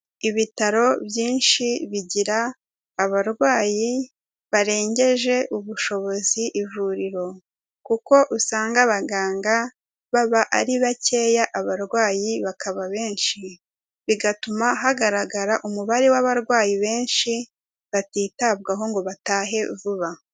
Ibitaro byinshi bigira abarwayi barengeje ubushobozi ivuriro kuko usanga abaganga baba ari bakeya abarwayi bakaba benshi, bigatuma hagaragara umubare w'abarwayi benshi batitabwaho ngo batahe vuba.